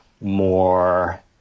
more